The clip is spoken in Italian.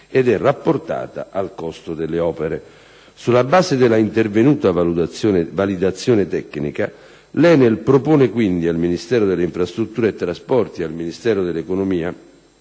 ed è rapportata al costo delle opere. Sulla base dell'intervenuta validazione tecnica, l'ENAC propone quindi al Ministero delle infrastrutture e dei trasporti ed al Ministero dell'economia